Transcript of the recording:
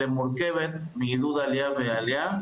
אלא מורכבת מעידוד עלייה ועלייה,